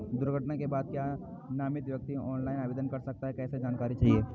दुर्घटना के बाद क्या नामित व्यक्ति ऑनलाइन आवेदन कर सकता है कैसे जानकारी चाहिए?